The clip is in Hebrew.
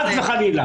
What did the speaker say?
חס וחלילה.